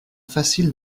facile